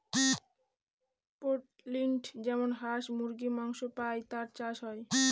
poultry যেমন হাঁস মুরগীর মাংস পাই তার চাষ হয়